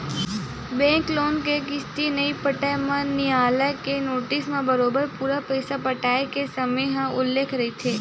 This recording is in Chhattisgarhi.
बेंक लोन के किस्ती नइ पटाए म नियालय के नोटिस म बरोबर पूरा पइसा पटाय के समे ह उल्लेख रहिथे